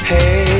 Hey